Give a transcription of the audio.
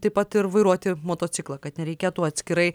taip pat ir vairuoti motociklą kad nereikėtų atskirai